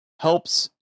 helps